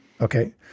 Okay